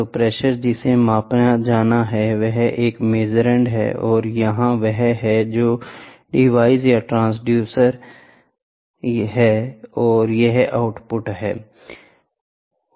तो प्रेशर जिसे मापा जाना है यह एक मासुरंड है और यह वह है जो डिवाइस या ट्रांसड्यूसर है और यह आउटपुट है